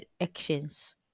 actions